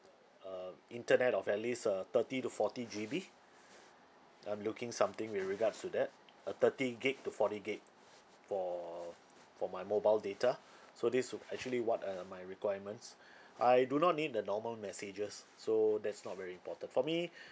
uh internet of at least uh thirty to forty G_B I'm looking something with regards to that uh thirty gig to forty gig for for my mobile data so this would actually what are my requirements I do not need the normal messages so that's not very important for me